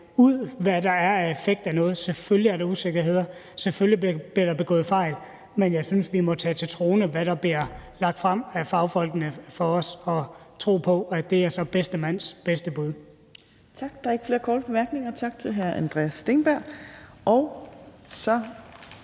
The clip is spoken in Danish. ud, hvad der er af effekt af noget. Selvfølgelig er der usikkerheder, selvfølgelig bliver der begået fejl. Men jeg synes, at det må stå til troende, hvad der bliver lagt frem for os af fagfolkene, og vi må tro på, at det så er bedste mands bedste bud.